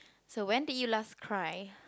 so when did you last cry